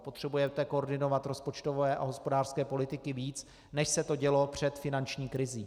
Potřebujete koordinovat rozpočtové a hospodářské politiky víc, než se to dělo před finanční krizí.